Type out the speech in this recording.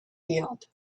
field